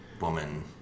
woman